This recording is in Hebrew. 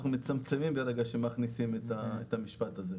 אנחנו מצמצמים ברגע שמכניסים את המשפט הזה.